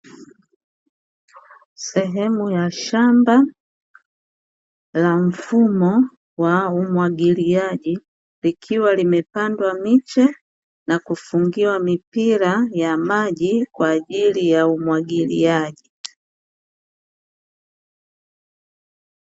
Sehemu ya shamba la mfumo wa umwagiliaji, likiwa limepandwa miche na kufungiwa mipira ya maji kwaajili ya umwagiliaji.